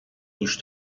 گوش